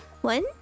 one